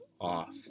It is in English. off